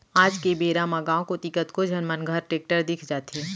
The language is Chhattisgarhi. आज के बेरा म गॉंव कोती कतको झन मन घर टेक्टर दिख जाथे